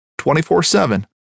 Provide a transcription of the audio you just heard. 24-7